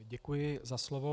Děkuji za slovo.